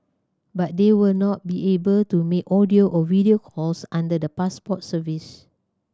but they will not be able to make audio or video calls under the Passport service